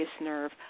nerve